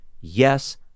Yes